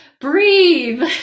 breathe